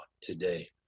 today